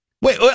wait